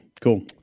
Cool